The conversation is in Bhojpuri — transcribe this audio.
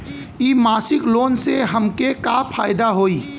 इ मासिक लोन से हमके का फायदा होई?